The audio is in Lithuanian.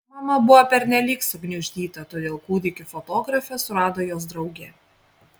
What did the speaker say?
mama buvo pernelyg sugniuždyta todėl kūdikių fotografę surado jos draugė